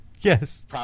Yes